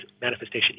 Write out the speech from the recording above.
manifestation